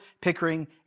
Pickering